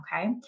Okay